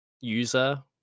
user